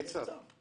אז יהיה צו.